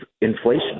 inflation